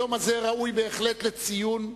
היום הזה ראוי בהחלט לציון,